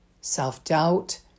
self-doubt